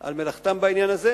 על מלאכתם בעניין הזה,